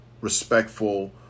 respectful